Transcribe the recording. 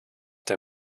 der